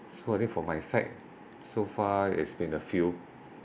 so I think from my side so far it's been a few